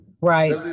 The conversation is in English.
Right